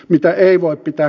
niitä ei voi pitää